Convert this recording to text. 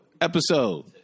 episode